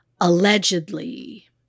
allegedly